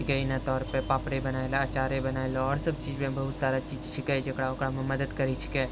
पापड़े बनेलए अचारे बनेलए आओर सभचीज भी बहुत सारा चीज छिकै ओकरा ओकरामे मदद करै छीकै